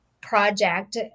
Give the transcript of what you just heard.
project